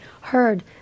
heard